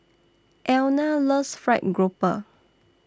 Elna loves Fried Grouper